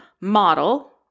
model